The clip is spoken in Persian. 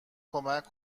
کمک